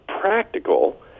practical